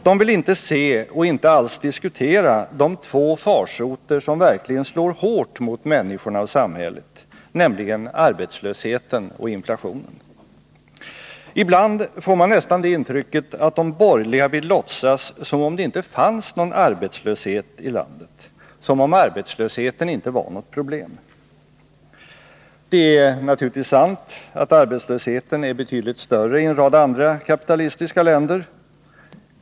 De vill inte se och inte alls diskutera de två farsoter som verkligen slår hårt mot människorna och samhället, nämligen arbetslösheten och inflationen. Ibland får man nästan det intrycket att de borgerliga vill låtsas som om det inte fanns någon arbetslöshet i landet, som om arbetslösheten inte var något problem. Det är naturligtvis sant att arbetslösheten är betydligt större i en rad andra kapitalistiska länder.